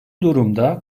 durumda